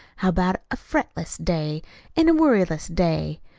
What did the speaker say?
how about a fretless day an' a worryless day?